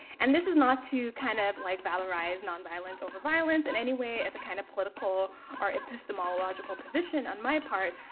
and this is not to kind of like valorize nonviolence over violence in any way as a kind of political or epistemological position on my part.